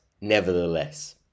nevertheless